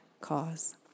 cause